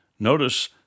Notice